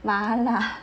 麻辣